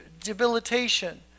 debilitation